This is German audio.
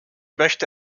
möchte